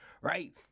right